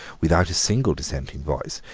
without a single dissenting voice,